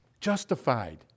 Justified